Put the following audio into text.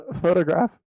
photograph